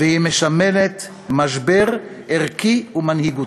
והיא מסמלת משבר ערכי ומנהיגותי.